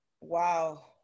wow